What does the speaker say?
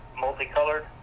multicolored